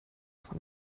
von